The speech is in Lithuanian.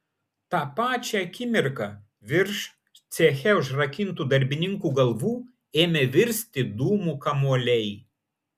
tą pačią akimirką virš ceche užrakintų darbininkų galvų ėmė virsti dūmų kamuoliai